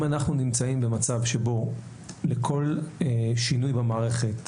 אם אנחנו נמצאים במצב שבו לכל שינוי במערכת,